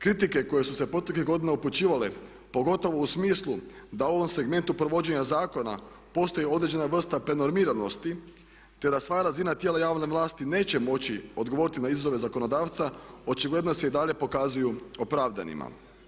Kritike koje su se proteklih godina upućivale pogotovo u smislu da u ovom segmentu provođenja zakona postoji određena vrsta pre normiranosti te da sva razina tijela javne vlasti neće moći odgovoriti na izazove zakonodavca, očiglednost i dalje pokazuju opravdanima.